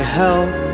help